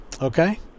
okay